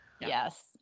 Yes